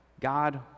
God